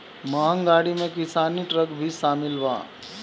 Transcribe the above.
महँग गाड़ी में किसानी ट्रक भी शामिल बा